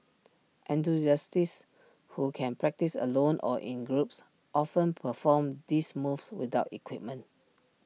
enthusiasts who can practise alone or in groups often perform these moves without equipment